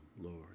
Lord